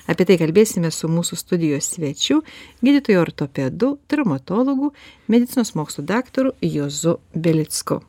apie tai kalbėsime su mūsų studijos svečiu gydytoju ortopedu traumatologu medicinos mokslų daktaru juozu belicku